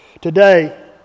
Today